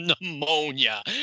pneumonia